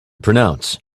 pronounce